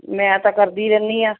ਮੈਂ ਤਾਂ ਕਰਦੀ ਰਹਿੰਦੀ ਹਾਂ